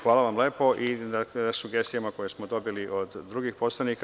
Hvala vam lepo na sugestijama koje smo dobili od drugih poslanika.